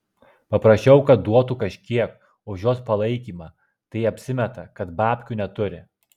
paprašiau kad duotų kažkiek už jos palaikymą tai apsimeta kad babkių neturi